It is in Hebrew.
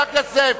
חבר הכנסת זאב,